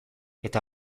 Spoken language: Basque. eta